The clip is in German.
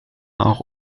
auch